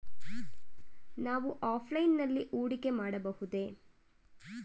ನಾವು ಆಫ್ಲೈನ್ ನಲ್ಲಿ ಹೂಡಿಕೆ ಮಾಡಬಹುದೇ?